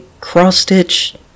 cross-stitch